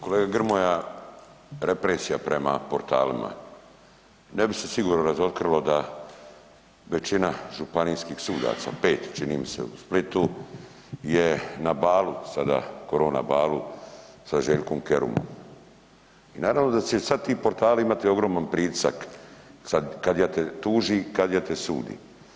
Kolega Grmoja represija prema portalima ne bi se sigurno razotkrilo da većina županijskih sudaca, 5 čini mi se u Splitu je na balu sada korona balu sa Željkom Kerumom i naravno da će sada ti portali imati ogroman pritisak sada „kadija te tuži, kadija te sudi“